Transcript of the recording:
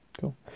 Cool